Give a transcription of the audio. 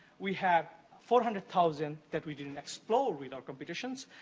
we have four hundred thousand that we didn't explore with our computations.